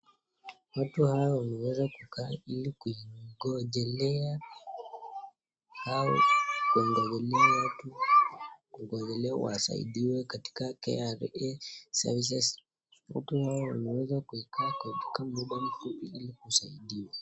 Watu hawa wameeza kukaa ili kungonjea, au kungonjea watu , wasaidiwe katika [kra], watu hao wameeza kukaa kwa mda mfupi ili kusaidiwa.